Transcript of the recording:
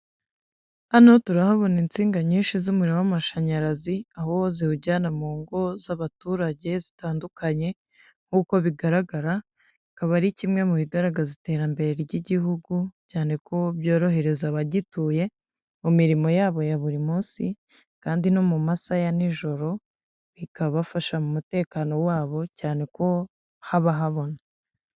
Hano turahabona insinga nyinshi z'umuriro w'amashanyarazi, aho ziwujyana mu ngo z'abaturage zitandukanye nk'uko bigaragara akaba ari kimwe mu bigaragaza iterambere ry'igihugu cyane ko byorohereza abagituye, mu mirimo yabo ya buri munsi kandi no mu masaha ya nijoro bikabafasha mu mutekano wabo cyane ko haba habona.